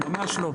ממש לא.